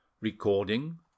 Recording